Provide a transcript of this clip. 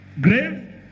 grave